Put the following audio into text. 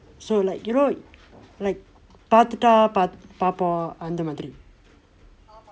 so like you know like பார்த்துட்டா பா பார்ப்போம் அந்த மாதிரி:paartthuttaa paa paarpoam andtha mathiri